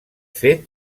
fet